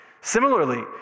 Similarly